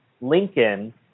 Lincoln